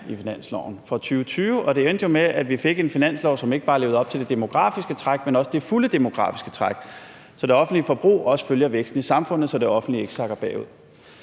til velfærden. Det endte jo med, at vi fik en finanslov, som ikke bare levede op til det demografiske træk, men også til det fulde demografiske træk, så det offentlige forbrug følger væksten i samfundet, så det offentlige ikke sakker bagud.